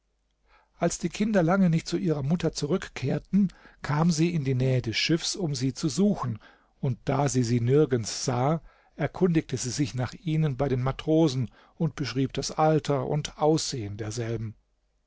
als die kinder lange nicht zu ihrer mutter zurückkehrten kam sie in die nähe des schiffs um sie zu suchen und da sie sie nirgends sah erkundigte sie sich nach ihnen bei den matrosen und beschrieb das alter und aussehen derselben